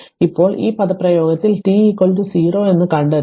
ഇപ്പോൾ ഈ പദപ്രയോഗത്തിൽ t 0 എന്ന് കണ്ടെത്തുക